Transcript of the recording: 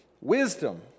wisdom